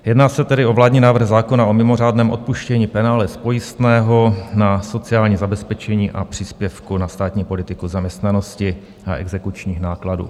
Jedná se tedy o vládní návrh zákona o mimořádném odpuštění penále z pojistného na sociální zabezpečení a příspěvku na státní politiku zaměstnanosti a exekučních nákladů.